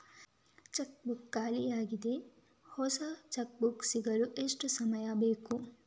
Check book ಖಾಲಿ ಯಾಗಿದೆ, ಹೊಸ ಚೆಕ್ ಬುಕ್ ಸಿಗಲು ಎಷ್ಟು ಸಮಯ ಬೇಕು?